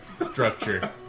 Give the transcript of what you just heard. structure